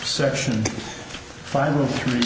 section five or three